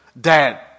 Dad